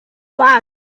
bag